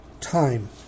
time